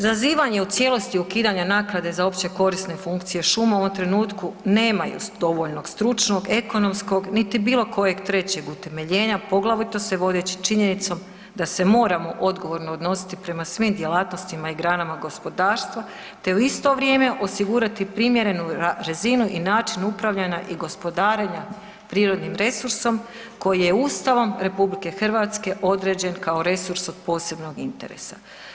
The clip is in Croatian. Zazivanje u cijelosti ukidanja naknade za općekorisne funkcije šuma u ovom trenutku nemaju dovoljno stručnog, ekonomskog niti biti kojeg trećeg utemeljenja poglavito se vodeći činjenicom da se moramo odgovorno odnositi prema svim djelatnostima i granam gospodarstva te u isto vrijeme osigurati primjerenu razinu i način upravljanja i gospodarenja prirodnim resursom koji je Ustavom RH određen kao resurs od posebnog interesa.